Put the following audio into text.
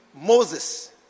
Moses